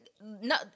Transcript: no